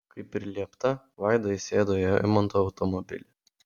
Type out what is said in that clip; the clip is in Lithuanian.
kaip ir liepta vaida įsėdo į eimanto automobilį